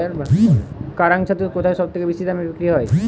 কাড়াং ছাতু কোথায় সবথেকে বেশি দামে বিক্রি হয়?